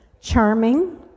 charming